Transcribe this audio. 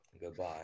Goodbye